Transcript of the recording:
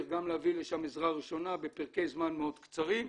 אבל אני אשמח לשמוע מנציגי שדה התעופה,